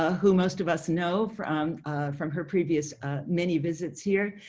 ah who most of us know from from her previous many visits here.